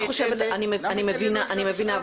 אני מבינה,